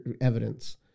evidence